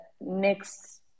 next